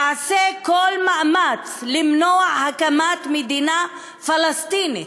אעשה כל מאמץ למנוע הקמת מדינה פלסטינית.